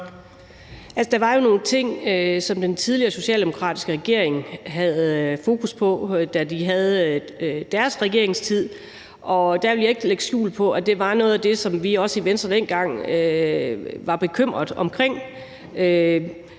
Der var jo nogle ting, som den tidligere socialdemokratiske regering havde fokus på, da de havde deres regeringstid, og jeg vil ikke lægge skjul på, at det var noget af det, som vi også i Venstre dengang var bekymrede over.